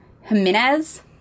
Jimenez